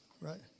right